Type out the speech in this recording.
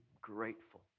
grateful